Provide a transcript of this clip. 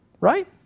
Right